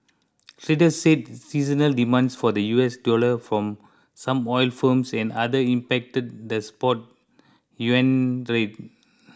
traders said seasonal demand for the U S dollar from some oil firms and others impacted the spot yuan rate